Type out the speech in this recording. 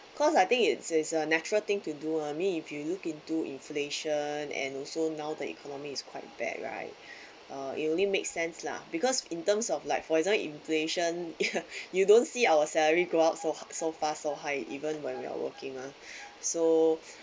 cause I think it's is a natural thing to do I mean if you look into inflation and also now the economy is quite bad right uh it only make sense lah because in terms of like for example inflation you don't see our salary go up so so far so high even when we are working mah so